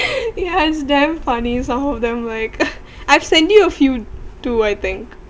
ya is damn funny some of them like I've sent you a few too I think